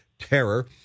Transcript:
Terror